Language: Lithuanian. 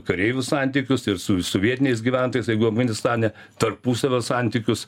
kareivių santykius su su vietiniais gyventojais jeigu afganistane tarpusavio santykius